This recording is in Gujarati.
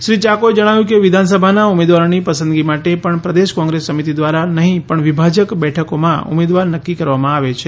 શ્રી ચાકોએ જણાવ્યું કે વિધાનસભાના ઉમેદવારોની પસંદગી માટે પણ પ્રદેશ કોંગ્રેસ સમિતિ દ્વારા નહીં પણ વિભાજક બેઠકોમાં ઉમેદવાર નક્કી કરવામાં આવે છે